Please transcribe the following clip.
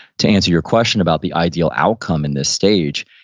to answer your question about the ideal outcome in this stage,